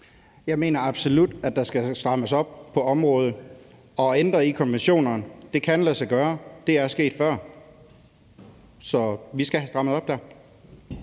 Jeg mener absolut, der skal strammes op på området og ændres i konventionerne. Det kan lade sig gøre, det er sket før. Så vi skal have strammet op der.